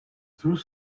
through